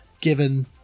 given